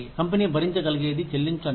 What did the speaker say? company భరించగలిగేది చెల్లించండి